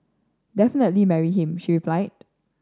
definitely marry him she replied